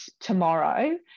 tomorrow